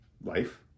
life